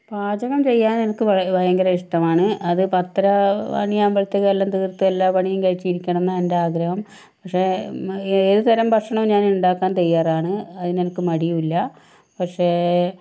പാചകം ചെയ്യാന് എനിക്ക് ഭയങ്കര ഇഷ്ടമാണ് അത് പത്തര മണിയാവുമ്പോഴത്തേക്ക് എല്ലാം തീര്ത്ത് എല്ലാ പണിയും കഴിച്ച് ഇരിക്കണം എന്നാണ് എന്റെ ആഗ്രഹം പക്ഷെ ഏതുതരം ഭക്ഷണവും ഞാന് ഉണ്ടാക്കാന് തയ്യാറാണ് അതിന് എനിക്ക് മടിയുമില്ല പക്ഷേ